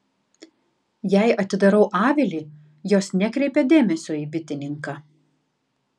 jei atidarau avilį jos nekreipia dėmesio į bitininką